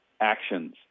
actions